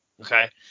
okay